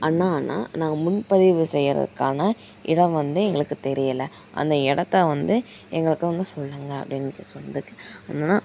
அண்ணா அண்ணா நாங்கள் முன்பதிவு செய்கிறதுக்கான இடம் வந்து எங்களுக்கு தெரியலை அந்த இடத்த வந்து எங்களுக்கு வந்து சொல்லுங்கள் அப்படின்னு சொன்னதுக்கு அந்த அண்ணா